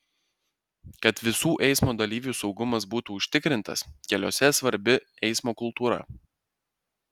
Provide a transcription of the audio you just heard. kad visų eismo dalyvių saugumas būtų užtikrintas keliuose svarbi eismo kultūra